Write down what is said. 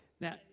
Now